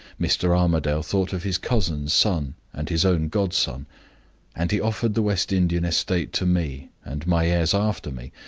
mr. armadale thought of his cousin's son and his own godson and he offered the west indian estate to me, and my heirs after me,